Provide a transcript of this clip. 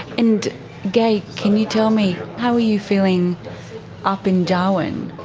and gaye, can you tell me, how were you feeling up in darwin?